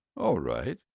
all right,